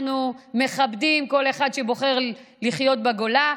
אנחנו מכבדים כל אחד שבוחר לחיות בגולה,